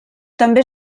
també